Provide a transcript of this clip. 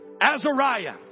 Azariah